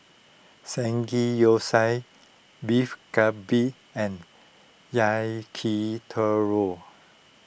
Samgeyopsal Beef Galbi and Yakitori